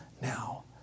now